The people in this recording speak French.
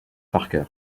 parker